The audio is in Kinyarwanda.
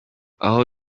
aha